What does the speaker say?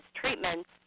treatments